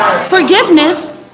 forgiveness